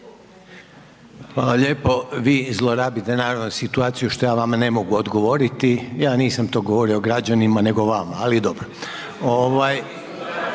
lijepo. Vi zlorabite naravno situaciju što ja vama ne mogu odgovoriti, ja nisam to govorio građanima nego vama ali dobro.